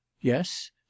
Yes